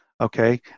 okay